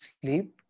sleep